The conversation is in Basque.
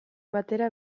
batera